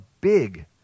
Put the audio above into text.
big